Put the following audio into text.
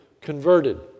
converted